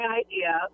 idea